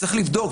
צריך לבדוק,